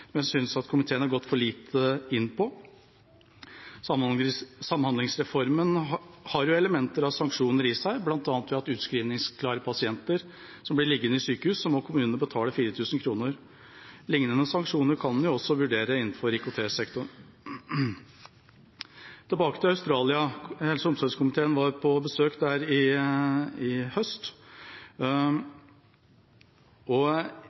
men lite tid på å diskutere sanksjoner. Hvorfor kommuner ikke har innført dette, er en av diskusjonene som jeg synes at komiteen har gått for lite inn på. Samhandlingsreformen har elementer av sanksjoner i seg, bl.a. ved at når utskrivningsklare pasienter blir liggende i sykehus, må kommunene betale 4 000 kr. Lignende sanksjoner kan en også vurdere innenfor IKT-sektoren. Tilbake til Australia: Helse- og omsorgskomiteen var på besøk